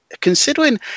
considering